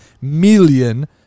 million